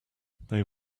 they